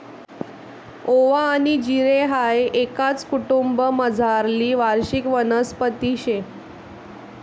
ओवा आनी जिरे हाई एकाच कुटुंबमझारली वार्षिक वनस्पती शे